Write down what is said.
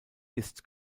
ist